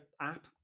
app